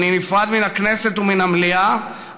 אני נפרד מן הכנסת ומן המליאה,